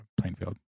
plainfield